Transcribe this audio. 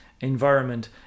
Environment